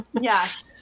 Yes